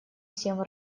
всем